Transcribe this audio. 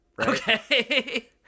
Okay